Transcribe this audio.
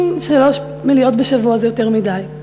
אם שלוש מליאות בשבוע זה יותר מדי,